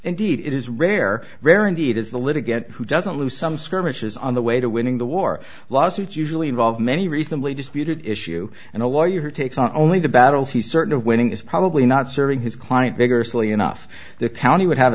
indeed it is rare rare indeed is the little get who doesn't lose some skirmishes on the way to winning the war lawsuits usually involve many reasonably disputed issue and a lawyer takes on only the battles he's certain of winning is probably not serving his client vigorously enough the county would have